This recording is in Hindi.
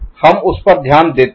हम उस पर ध्यान देते हैं